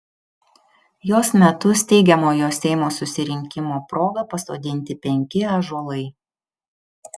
jos metu steigiamojo seimo susirinkimo proga pasodinti penki ąžuolai